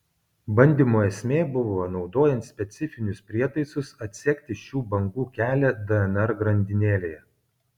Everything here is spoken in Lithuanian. bandymo esmė buvo naudojant specifinius prietaisus atsekti šių bangų kelią dnr grandinėlėje